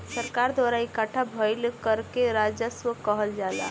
सरकार द्वारा इकट्ठा भईल कर के राजस्व कहल जाला